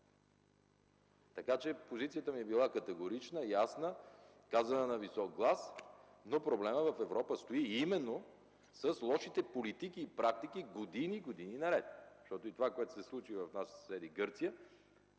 Така че позицията ми е била категорична, ясна, казана на висок глас, но проблемът в Европа стои – именно с лошите политики и практики – години, години наред. И това, което се случи в съседна Гърция,